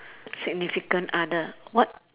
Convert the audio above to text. significant other what